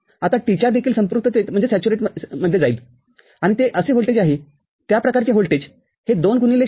आता T४ देखील संपृक्ततेत जाईल आणि ते असे व्होल्टेज आहे त्या प्रकारचे व्होल्टेज हे २ गुणिले ०